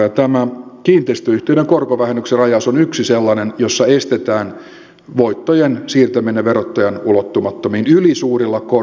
tämä kiinteistöyhtiöiden korkovähennyksen rajaus on yksi sellainen jossa estetään voittojen siirtäminen verottajan ulottumattomiin ylisuurilla koroilla